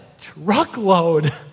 truckload